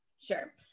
Sure